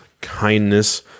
kindness